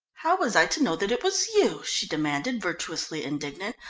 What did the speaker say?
how was i to know that it was you? she demanded, virtuously indignant,